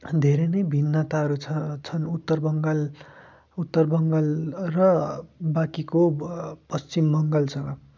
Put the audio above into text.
धेरै नै भिन्नताहरू छ छन् उत्तर बङ्गाल उत्तर बङ्गाल र बाँकीको पश्चिम बङ्गालसँग